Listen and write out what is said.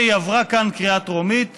והיא עברה כאן בקריאה טרומית